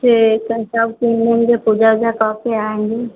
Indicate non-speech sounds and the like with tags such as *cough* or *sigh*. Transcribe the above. ठीक है सब चीज़ *unintelligible* के पूजा ऊजा करके आएँगे